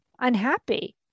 unhappy